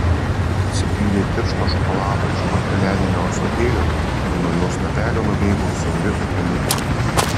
ji prisipylė tiršto šokolado iš porcelianinio ąsotėlio ir nuo jo snapelio nubėgo siauri upeliukai